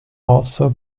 also